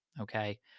okay